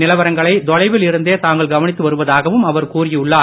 நிலவரங்களை தொலைவில் இருந்தே தாங்கள் கவனித்து வருவதாகவும் அவர் கூறியுள்ளார்